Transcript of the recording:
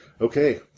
Okay